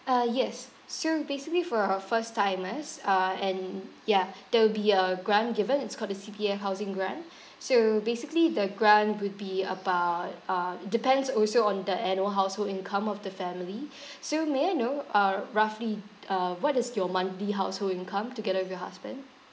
ah yes so basically for a first timers uh and yeah there will be a grant given it's called the C_P_F housing grant so basically the grant would be about uh it depends also on the annual household income of the family so may I know uh roughly uh what is your monthly household income together with your husband